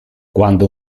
quando